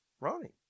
Ronnie